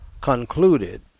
concluded